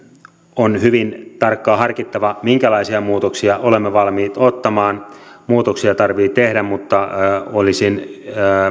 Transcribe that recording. on hyvin tarkkaan harkittava minkälaisia muutoksia olemme valmiit ottamaan muutoksia tarvitsee tehdä mutta olisin